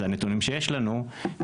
זה הנתונים שיש לנו,